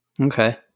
Okay